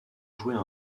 jouer